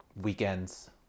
weekends